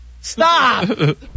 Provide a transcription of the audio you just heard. Stop